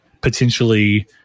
potentially